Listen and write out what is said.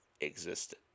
existed